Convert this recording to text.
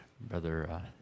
brother